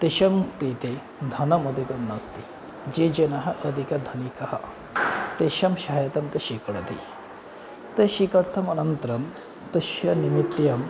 तेषां कृते धनम् अधिकं नास्ति ये जनाः अधिकाः धनिकाः तेषां शयनं तत् स्वीकरोति तत् स्वीकर्तुम् अनन्तरं तस्य निमित्तं